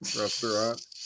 restaurant